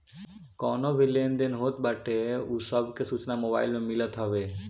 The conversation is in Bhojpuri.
कवनो भी लेन देन होत बाटे उ सब के सूचना मोबाईल में मिलत हवे